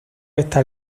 esta